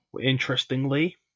Interestingly